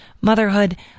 motherhood